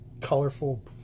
Colorful